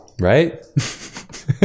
Right